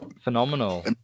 Phenomenal